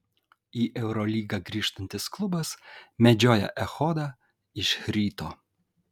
į eurolygą grįžtantis klubas medžioja echodą iš ryto